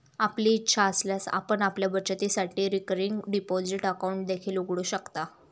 आपली इच्छा असल्यास आपण आपल्या बचतीसाठी रिकरिंग डिपॉझिट अकाउंट देखील उघडू शकता